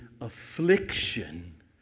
affliction